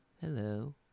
hello